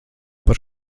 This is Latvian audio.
par